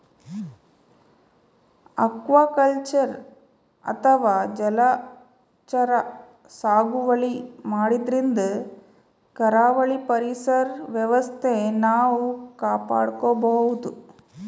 aquaculture ಅಥವಾ ಜಲಚರ ಸಾಗುವಳಿ ಮಾಡದ್ರಿನ್ದ ಕರಾವಳಿ ಪರಿಸರ್ ವ್ಯವಸ್ಥೆ ನಾವ್ ಕಾಪಾಡ್ಕೊಬಹುದ್